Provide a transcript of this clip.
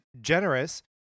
generous